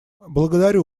благодарю